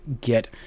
get